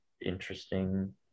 interesting